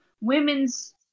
women's